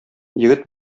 егет